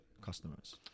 customers